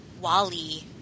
Wally